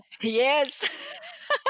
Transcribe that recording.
Yes